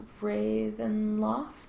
Ravenloft